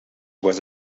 was